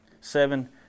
seven